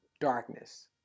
darkness